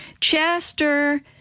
Chester